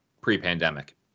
pre-pandemic